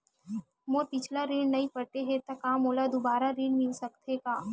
मोर पिछला ऋण नइ पटे हे त का मोला दुबारा ऋण मिल सकथे का?